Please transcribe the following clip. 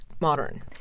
modern